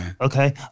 Okay